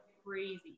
crazy